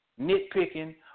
nitpicking